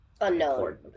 unknown